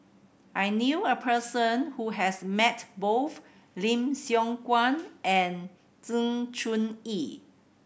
I knew a person who has met both Lim Siong Guan and Sng Choon Yee